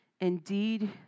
Indeed